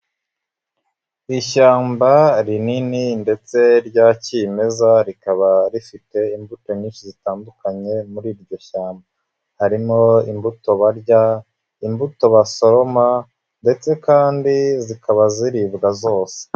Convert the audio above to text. Ishyamba rinini ndetse rya kimeza rikaba rifite imbuto nyinshi zitandukanye muri iryo shyamba, harimo imbuto barya, imbuto basoroma ndetse kandi zikaba ziribwa zose.